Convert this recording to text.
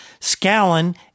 Scallon